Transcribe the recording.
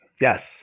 yes